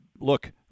look